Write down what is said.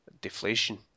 deflation